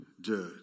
judge